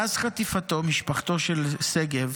מאז חטיפתו משפחתו של שגב